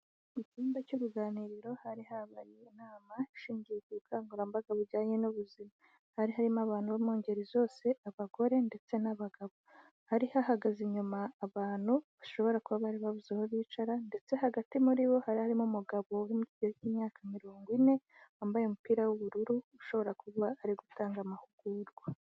Mu cyumba cy'uruganiriro hari habaye inama ishingiye ku bukangurambaga bujyanye n'ubuzima, hari harimo abantu bo mu ngeri zose abagore ndetse n'abagabo, hari hahagaze inyuma abantu bashobora kuba bari babuze aho bicara ndetse hagati muri bo hari harimo umugabo uri mu kigero cy'imyaka mirongo ine wambaye umupira w'ubururu ushobora kuba ari gutanga amahugurwa.